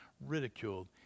ridiculed